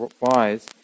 wise